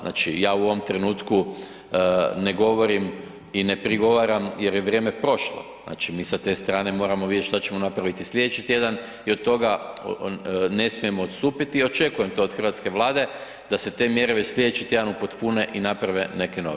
Znači, ja u ovom trenutku ne govorim i ne prigovaram jer je vrijeme prošlo, znači mi sa te strane moramo vidjeti šta ćemo napraviti slijedeći tjedan i od toga ne smijemo odstupiti i očekujem to od Hrvatske vlade da se te mjere već slijedeći tjedan upotpune i naprave neke nove.